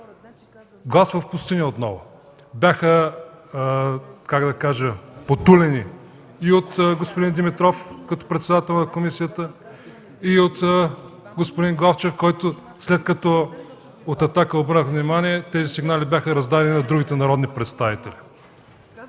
Глас в пустиня отново! Бяха, как да кажа, потулени и от господин Димитров като председател на комисията, и от господин Главчев. След като от „Атака” обърнахме внимание, тези сигнали бяха раздадени на другите народни представители.